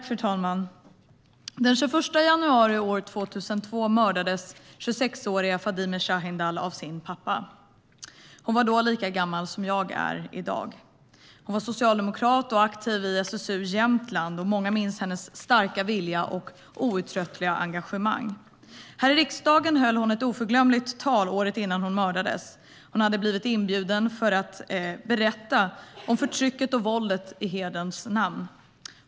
Fru talman! Den 21 januari 2002 mördades 26-åriga Fadime Sahindal av sin pappa. Hon var då lika gammal som jag är i dag. Hon var socialdemokrat och aktiv i SSU Jämtland, och många minns hennes starka vilja och outtröttliga engagemang. Här i riksdagen höll hon ett oförglömligt tal året innan hon mördades. Hon hade blivit inbjuden för att berätta om förtrycket och våldet i hederns namn.